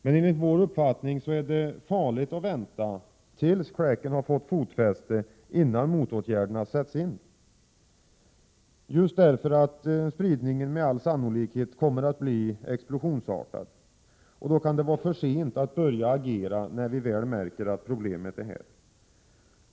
Men enligt vår uppfattning är det farligt att vänta tills crack fått fotfäste i vårt land innan motåtgärderna sätts in, eftersom spridningen med all sannolikhet kommer att bli explosionsartad. Det kan vara för sent att börja agera när vi väl märker att problemet är här.